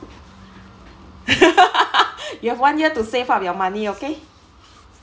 you have one year to save up your money okay